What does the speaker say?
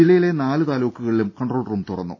ജില്ലയിലെ നാല് താലൂക്കുകളിലും കൺട്രോൾ റൂം തുറന്നു